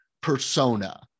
persona